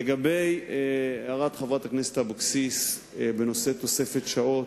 לגבי הערת חברת הכנסת אבקסיס בנושא תוספת שעות: